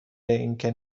اینکه